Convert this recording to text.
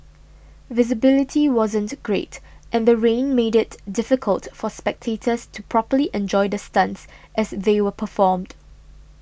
visibility wasn't great and the rain made it difficult for spectators to properly enjoy the stunts as they were performed